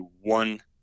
one